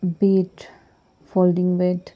bed folding bed